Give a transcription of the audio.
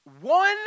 one